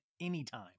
anytime